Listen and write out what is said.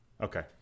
okay